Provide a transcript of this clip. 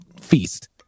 feast